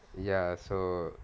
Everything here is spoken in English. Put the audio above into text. ya so